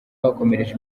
bakomereje